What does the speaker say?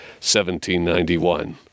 1791